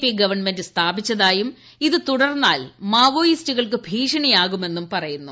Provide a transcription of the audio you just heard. P government സ്ഥാപിച്ചതായും ഇത് തുടർന്നാൽ മാവോയിസ്റ്റുകൾക്ക് ഭീഷണിയാകുമെന്നും പറയുന്നു